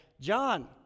John